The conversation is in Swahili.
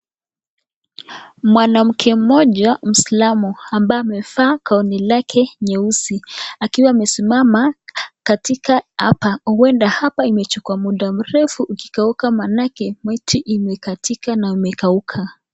Mwanamke mmoja muislamu ambao amevaa gauni lake nyeusi, akiwa amesimama katika hapa, uenda hapa imechukua muda mrefu ukikukauka maanake miti imekatika na umekauka.